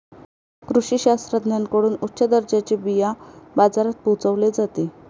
कृषी शास्त्रज्ञांकडून उच्च दर्जाचे बिया बाजारात पोहोचवले जाते